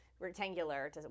rectangular